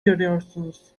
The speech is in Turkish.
görüyorsunuz